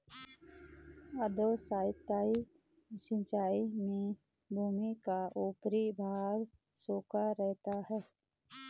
अधोसतही सिंचाई में भूमि का ऊपरी भाग सूखा रहता है